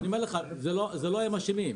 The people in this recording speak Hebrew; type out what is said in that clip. אני אומר לך, זה לא הם שאשמים.